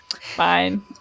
fine